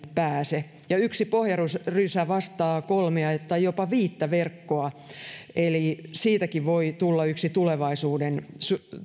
pääse yksi pohjarysä vastaa kolmea tai jopa viittä verkkoa eli siitäkin voi tulla yksi tulevaisuuden